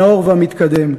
הנאור והמתקדם.